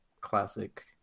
classic